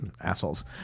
assholes